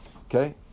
Okay